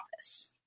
office